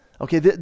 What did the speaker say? okay